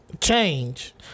change